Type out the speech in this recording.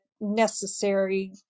necessary